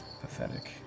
Pathetic